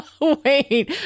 Wait